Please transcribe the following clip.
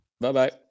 Bye-bye